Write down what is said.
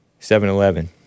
7-Eleven